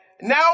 Now